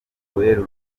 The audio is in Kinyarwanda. urukundo